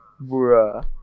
Bruh